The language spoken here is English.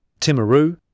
Timaru